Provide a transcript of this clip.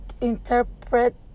interpret